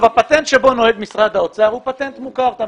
הפטנט שבו נוהג משרד האוצר הוא פטנט מוכר.